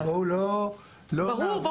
ברור,